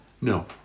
No